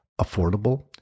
affordable